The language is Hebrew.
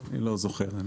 אני לא זוכר.